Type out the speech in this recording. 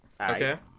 Okay